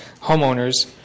homeowners